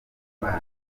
imana